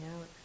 out